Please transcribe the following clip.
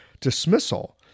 dismissal